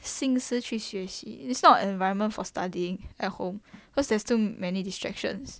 心思去学习 it's not an environment for studying at home because there's too many distractions